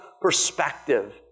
perspective